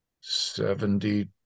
Seventy